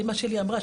אמא שלי אמרה,